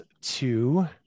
two